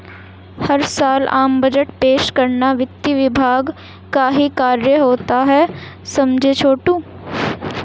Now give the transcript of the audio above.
हर साल आम बजट पेश करना वित्त विभाग का ही कार्य होता है समझे छोटू